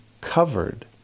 covered